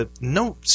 no